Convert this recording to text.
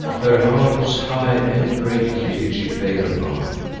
her heart was high and greatly did she play her part.